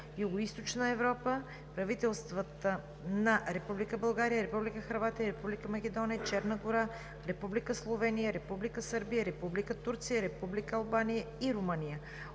Югоизточна Европа (правителствата на Република България, Република Хърватия, Република Македония, Черна гора, Република Словения, Република Сърбия, Република Турция, Република Албания и Румъния),